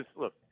look